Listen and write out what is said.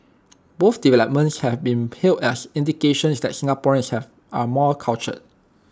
both developments have been hailed as indications that Singaporeans have are more cultured